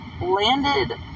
landed